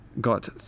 got